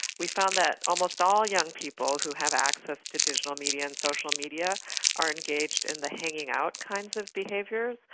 we found that almost all young people who have access to digital media and social media are engaged in the hanging out kinds of behaviours,